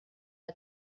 l’a